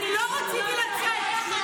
אני לא רציתי לצאת.